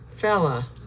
fella